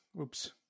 oops